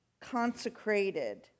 Consecrated